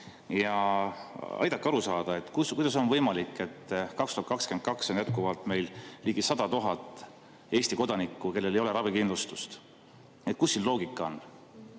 Aidake aru saada, kuidas on võimalik, et 2022 on jätkuvalt meil ligi 100 000 Eesti kodanikku, kellel ei ole ravikindlustust. Kus siin loogika on?